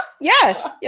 Yes